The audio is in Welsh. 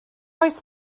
oes